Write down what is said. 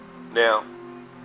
Now